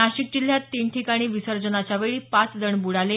नाशिक जिल्ह्यात तीन ठिकाणी विसर्जनाच्या वेळी पाच जण बुडाले